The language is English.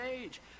age